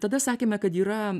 tada sakėme kad yra